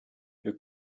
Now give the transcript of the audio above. you